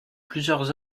plusieurs